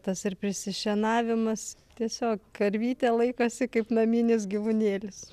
tas ir prisišienavimas tiesiog karvytė laikosi kaip naminis gyvūnėlis